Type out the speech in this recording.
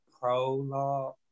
prologue